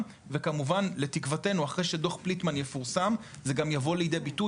וכמובן לתקוותנו אחרי שדוח פליטמן יפורסם זה גם יבוא לידי ביטוי,